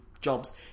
jobs